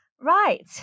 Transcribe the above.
Right